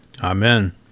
Amen